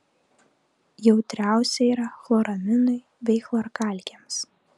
jautriausia yra chloraminui bei chlorkalkėms